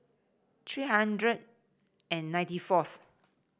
three hundred and ninety fourth